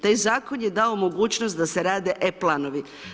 Taj Zakon je dao mogućnost da se rade e planovi.